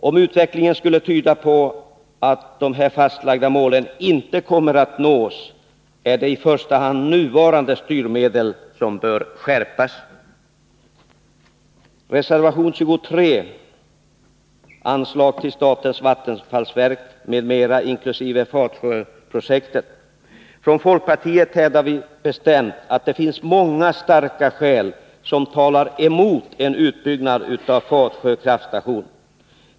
Om utvecklingen skulle tyda på att de fastlagda målen inte kommer att nås är det i första hand nuvarande styrmedel som bör skärpas. I reservation 23, beträffande anslag till statens vattenfallsverk m.m. inkl. Fatsjöprojektet, hävdar vi från folkpartiet bestämt att det finns många starka skäl som talar emot en utbyggnad av Fatsjö kraftstation.